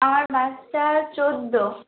আমার বাচ্চার চোদ্দো